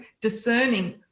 discerning